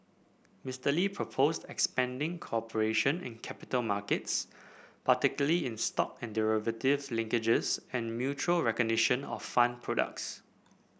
Mister Lee proposed expanding cooperation in capital markets particularly in stock and derivatives linkages and mutual recognition of fund products